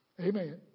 amen